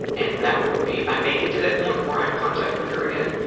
and that would be, i'd make it to that point where i'd have contact with her again,